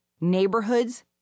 neighborhoods